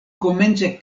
komence